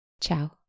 Ciao